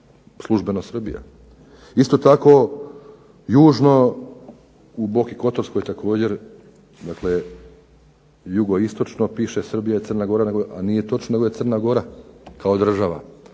službeno Srbija. Isto tako, južno u Boki Kotorskoj također, dakle jugoistočno piše Srbija i Crna Gora, a nije točno nego je Crna Gora kao država.